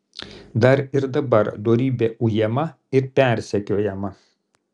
dar ir dabar dorybė ujama ir persekiojama